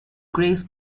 grace